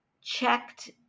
checked